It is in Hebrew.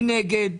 מי נגד?